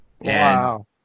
Wow